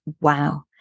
wow